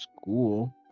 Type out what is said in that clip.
school